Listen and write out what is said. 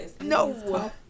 no